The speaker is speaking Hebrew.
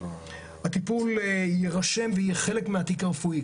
הטיפול יירשם ויהיה חלק מהתיק הרפואי.